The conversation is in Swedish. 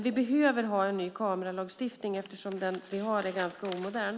Vi behöver en ny kameralagstiftning eftersom den som vi nu har är ganska omodern.